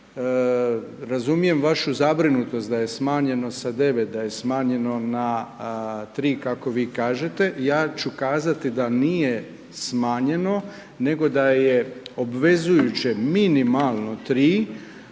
razumijem vašu zabrinutost da je smanjeno sa 9, da je smanjeno na 3 kako vi kažete, ja ću kazati da nije smanjeno, nego da je obvezujuće minimalno 3,